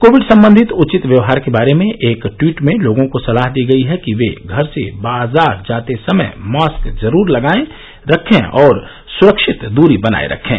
Covid संबंधित उचित व्यवहार के बारे में एक टवीट में लोगों को सलाह दी गई है कि वे घर से बाजार जाते समय मास्क जरूर लगाए रखें और सुरक्षित दूरी बनाए रखें